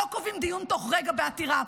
לא קובעים דיון תוך רגע בעתירה.